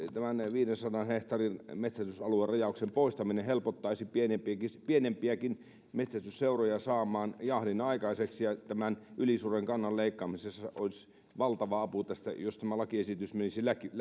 viidensadan hehtaarin metsästysalueen rajauksen poistaminen helpottaisi pienempiäkin pienempiäkin metsästyseuroja saamaan jahdin aikaiseksi ja tämän ylisuuren kannan leikkaamisessa olisi valtava apu jos tämä